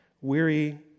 weary